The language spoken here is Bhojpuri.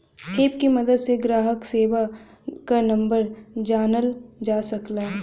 एप के मदद से ग्राहक सेवा क नंबर जानल जा सकला